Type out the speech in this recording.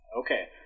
okay